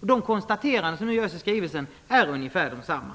De konstateranden som görs i skrivelsen är ungefär de samma.